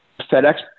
FedEx